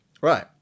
Right